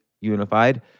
unified